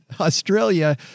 Australia